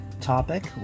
topic